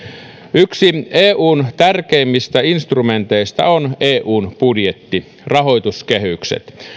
yksi eun tärkeimmistä instrumenteista on eun budjetti rahoituskehykset